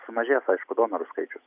sumažės aišku donorų skaičius